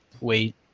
wait